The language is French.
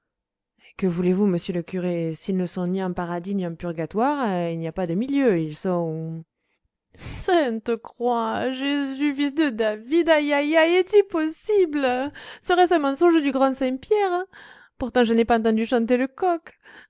que voulez-vous monsieur le curé s'ils ne sont ni en paradis ni en purgatoire il n'y a pas de milieu ils sont sainte croix jésus fils de david aï aï aï est-il possible serait-ce un mensonge du grand saint pierre pourtant je n'ai pas entendu chanter le coq